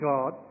God